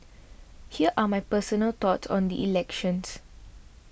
here are my personal thoughts on the elections